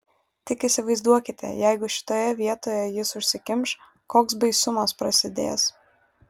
tik įsivaizduokite jeigu šitoje vietoje jis užsikimš koks baisumas prasidės